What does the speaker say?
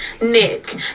nick